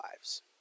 lives